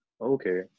Okay